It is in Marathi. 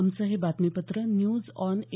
आमचं हे बातमीपत्र न्यूज ऑन ए